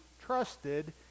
trusted